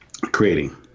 creating